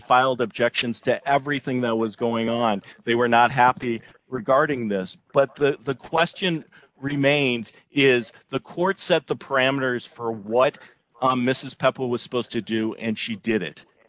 filed objections to everything that was going on they were not happy regarding this but the question remains is the court set the parameters for what mrs pepple was supposed to do and she did it